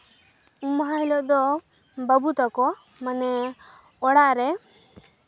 ᱩᱢ ᱢᱟᱦᱟ ᱦᱤᱞᱳᱜ ᱫᱚ ᱵᱟᱹᱵᱩ ᱛᱟᱠᱚ ᱢᱟᱱᱮ ᱚᱲᱟᱜ ᱨᱮ